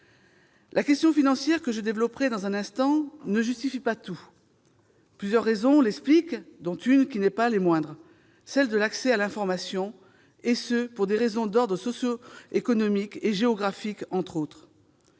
La question financière, que je développerai dans un instant, ne justifie pas tout. Plusieurs raisons l'expliquent, dont une qui n'est pas des moindres : l'accès à l'information, et ce pour des raisons socio-économiques et géographiques, entre autres.